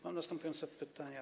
Mam następujące pytania.